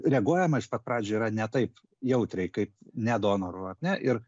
reaguojama iš pat pradžių yra ne taip jautriai kaip ne donorų ar ne ir